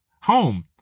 home